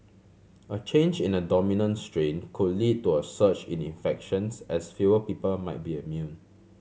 a change in the dominant strain could lead to a surge in infections as fewer people might be immune